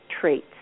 traits